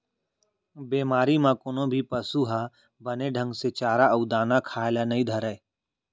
बेमारी म कोनो भी पसु ह बने ढंग ले चारा अउ दाना खाए ल नइ धरय